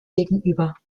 gegenüber